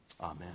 Amen